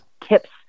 tips